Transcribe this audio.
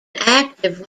active